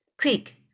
Quick